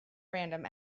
random